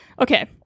Okay